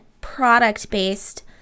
product-based –